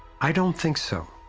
i don't think so!